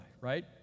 right